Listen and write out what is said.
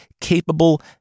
capable